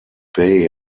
bay